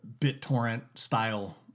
BitTorrent-style